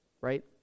Right